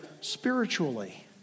spiritually